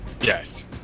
Yes